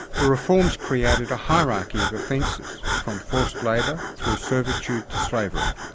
the reforms created a hierarchy of offences, from forced labour through servitude to slavery.